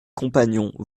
compagnons